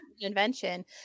invention